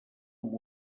amb